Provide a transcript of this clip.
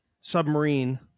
submarine